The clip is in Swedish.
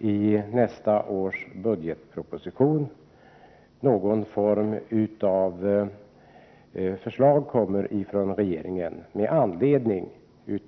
I nästa års budgetproposition kan alltså någon form av förslag förväntas från regeringen med anledning